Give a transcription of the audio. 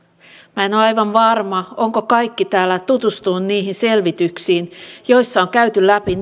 en ole aivan varma ovatko kaikki täällä tutustuneet niihin selvityksiin joissa on käyty läpi